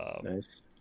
Nice